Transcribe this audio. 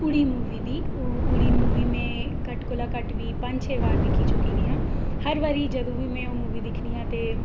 उड़ी मूवी दी उड़ी मूवी में घट्ट कोला घट्ट बी पंज छे बार दिक्खी चुकी दी आं हर बारी जदूं बी में ओह् मूवी दिक्खनी आं ते